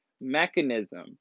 mechanism